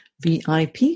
VIP